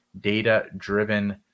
data-driven